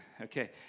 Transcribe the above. Okay